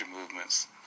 movements